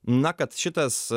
na kad šitas